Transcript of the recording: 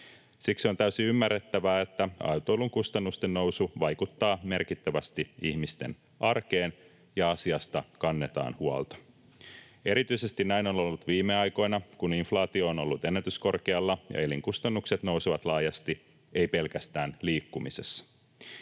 Siksi on täysin ymmärrettävää, että autoilun kustannusten nousu vaikuttaa merkittävästi ihmisten arkeen ja asiasta kannetaan huolta. Erityisesti näin on ollut viime aikoina, kun inflaatio on ollut ennätyskorkealla ja elinkustannukset nousevat laajasti, eivät pelkästään liikkumisessa.